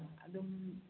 ꯑꯗꯨꯝ